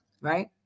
Right